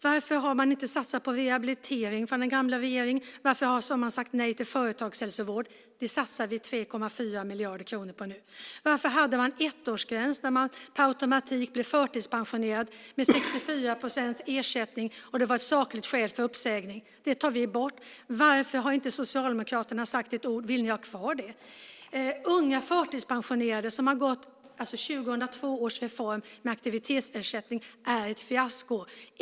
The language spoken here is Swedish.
Varför har man inte satsat på rehabilitering från den gamla regeringen? Varför har man sagt nej till företagshälsovård? Det satsar vi 3,4 miljarder kronor på nu. Varför hade man en ettårsgräns och människor per automatik blev förtidspensionerade med 64 procents ersättning och det var ett sakligt skäl för uppsägning? Det tar vi bort. Varför har Socialdemokraterna inte sagt ett ord om huruvida de vill ha kvar det? 2002 års reform - unga förtidspensionerade med aktivitetsersättning - är ett fiasko.